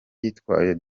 yitwaye